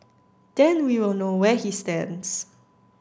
then we will know where he stands